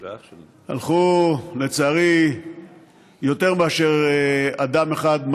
קציר, אח של, הלכו לצערי יותר מאשר אדם אחד.